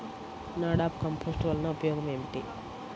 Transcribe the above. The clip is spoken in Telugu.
నాడాప్ కంపోస్ట్ వలన ఉపయోగం ఏమిటి?